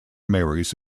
marries